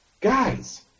Guys